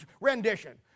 rendition